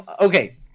Okay